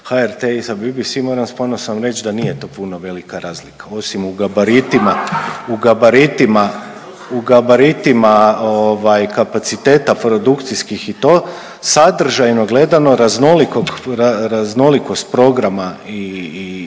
HRT sa BBC-em moram s ponosom reći da nije to puno velika razlika osim u gabaritima, u gabaritima kapaciteta produkcijskih i to. Sadržajno gledano raznolikost programa i